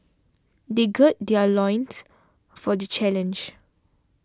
they gird their loins for the challenge